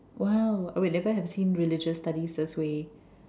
!wow! I would never have seen religious studies this way